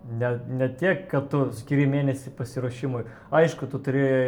ne ne tiek kad tu skiri mėnesį pasiruošimui aišku tu turėjai